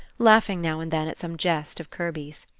laughing now and then at some jest of kirby's.